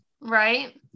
Right